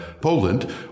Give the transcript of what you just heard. Poland